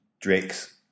Drake's